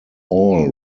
all